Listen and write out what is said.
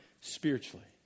spiritually